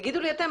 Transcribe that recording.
תגידו לי אתם,